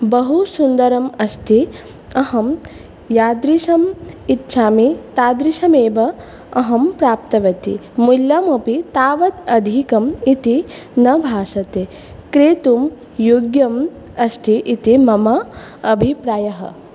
बहुसुन्दरम् अस्ति अहं यादृशम् इच्छामि तादृशमेव अहं प्राप्तवती मूल्यमपि तावत् अधिकम् इति न भासते क्रेतुं योग्यम् अस्ति इति मम अभिप्रायः